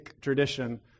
tradition